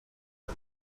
and